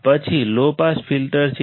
પછી low pass filter છે